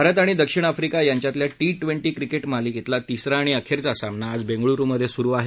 भारत आणि दक्षिण आफ्रीका यांच्यातल्या टी ट्वेंटी क्रिकेट मालिकेतला तिसरा आणि अखेरचा सामना आज बेंगळुरुमधे सुरु आहे